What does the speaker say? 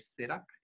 setup